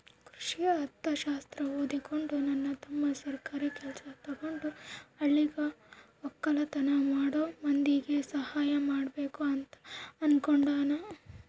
ಕೃಷಿ ಅರ್ಥಶಾಸ್ತ್ರ ಓದಿಕೊಂಡು ನನ್ನ ತಮ್ಮ ಸರ್ಕಾರಿ ಕೆಲ್ಸ ತಗಂಡು ಹಳ್ಳಿಗ ವಕ್ಕಲತನ ಮಾಡೋ ಮಂದಿಗೆ ಸಹಾಯ ಮಾಡಬಕು ಅಂತ ಅನ್ನುಕೊಂಡನ